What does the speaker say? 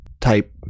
type